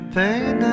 pain